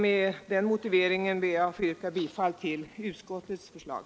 Med den motiveringen ber jag att få yrka bifall till utskottets förslag.